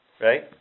Right